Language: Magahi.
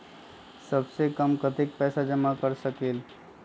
सबसे कम कतेक पैसा जमा कर सकेल?